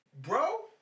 bro